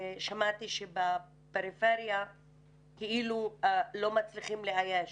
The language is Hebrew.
ושמעתי שבפריפריה כאילו לא מצליחים לאייש.